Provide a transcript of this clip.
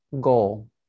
goal